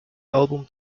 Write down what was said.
album